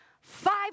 five